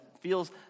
feels